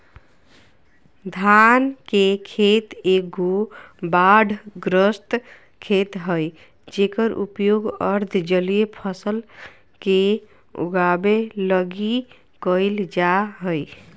धान के खेत एगो बाढ़ग्रस्त खेत हइ जेकर उपयोग अर्ध जलीय फसल के उगाबे लगी कईल जा हइ